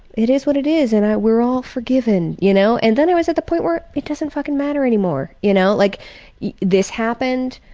it is what it is and we're all forgiven. you know and then i was at the point where it it doesn't fucking matter anymore. you know, like this happened,